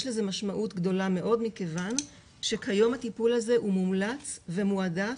יש לזה משמעות גדולה מאוד מכיוון שכיום הטיפול הזה מומלץ ומועדף,